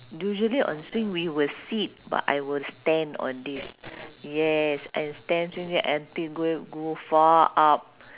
usually on swing we will sit but I will stand on this yes and stand swinging until going to go far up